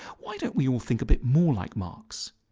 why don't we all think a bit more like marx?